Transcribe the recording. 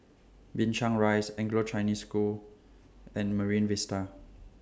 Binchang Rise Anglo Chinese School and Marine Vista